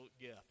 gift